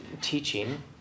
teaching